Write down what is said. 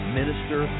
minister